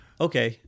Okay